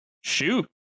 shoot